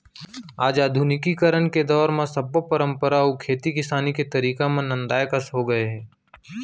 आज आधुनिकीकरन के दौर म सब्बो परंपरा अउ खेती किसानी के तरीका मन नंदाए कस हो गए हे